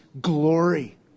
glory